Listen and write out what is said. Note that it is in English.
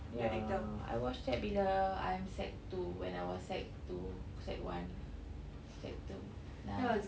ya I watched that bila I'm sec two when I was sec two sec one sec two na~